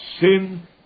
sin